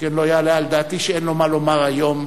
שכן לא יעלה על דעתי שאין לו מה לומר היום,